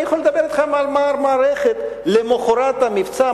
אני יכול לדבר אתכם על מאמר מערכת למחרת המבצע,